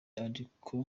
ariko